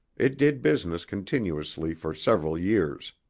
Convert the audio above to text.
it did business continuously for several years.